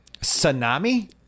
Tsunami